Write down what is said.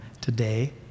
today